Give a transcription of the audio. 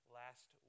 last